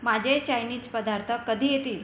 माझे चायनीज पदार्थ कधी येतील